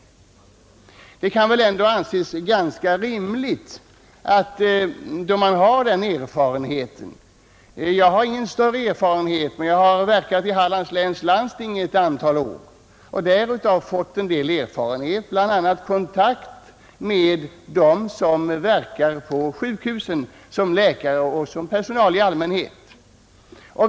Denna oro kan väl ändå anses ganska befogad på grund av vad man upplever. Jag har ingen stor erfarenhet av detta, men jag har verkat i Hallands läns landsting och inom sjukhusdirek tionen i ett antal år och därav fått en del erfarenheter. Bl. a. har jag kontakt med dem som verkar på sjukhusen såsom läkare eller sjukhuspersonal i allmänhet.